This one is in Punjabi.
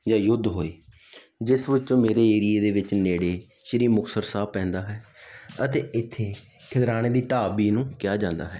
ਜਾਂ ਯੁੱਧ ਹੋਏ ਜਿਸ ਵਿੱਚੋਂ ਮੇਰੇ ਏਰੀਏ ਦੇ ਵਿੱਚ ਨੇੜੇ ਸ਼੍ਰੀ ਮੁਕਤਸਰ ਸਾਹਿਬ ਪੈਂਦਾ ਹੈ ਅਤੇ ਇੱਥੇ ਖਿਦਰਾਣੇ ਦੀ ਢਾਬ ਵੀ ਇਹਨੂੰ ਕਿਹਾ ਜਾਂਦਾ ਹੈ